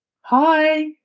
Hi